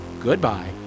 Goodbye